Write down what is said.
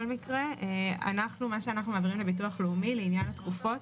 מה שאנחנו מעבירים לביטוח הלאומי לעניין התקופות,